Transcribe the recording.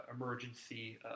emergency